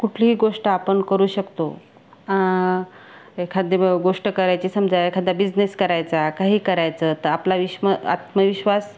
कुठलीही गोष्ट आपण करू शकतो एखादी ब गोष्ट करायची समजा एखादा बिजनेस करायचा काही करायचं त आपला विश्म आत्मविश्वास